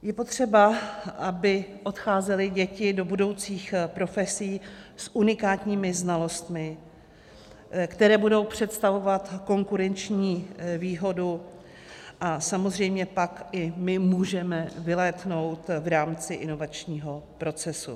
Je potřeba, aby odcházely děti do budoucích profesí s unikátními znalostmi, které budou představovat konkurenční výhodu, a samozřejmě pak i my můžeme vylétnout v rámci inovačního procesu.